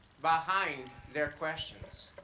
behind their questions.